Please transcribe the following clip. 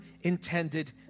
intended